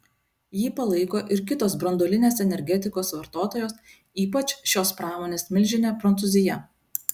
jį palaiko ir kitos branduolinės energetikos vartotojos ypač šios pramonės milžinė prancūzija